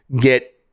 get